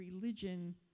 religion